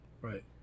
Right